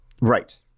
Right